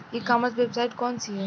ई commerce website कौन सी है?